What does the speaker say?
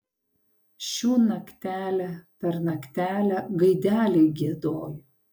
šių naktelę per naktelę gaideliai giedojo